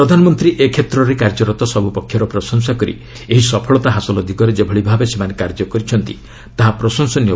ପ୍ରଧାନମନ୍ତ୍ରୀ ଏ କ୍ଷେତ୍ରରେ କାର୍ଯ୍ୟରତ ସବୃ ପକ୍ଷର ପ୍ରଶଂସା କରି ଏହି ସଫଳତା ହାସଲ ଦିଗରେ ଯେଭଳି ଭାବେ ସେମାନେ କାର୍ଯ୍ୟ କରିଛନ୍ତି ତାହା ପ୍ରଶଂସନୀୟ